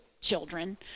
children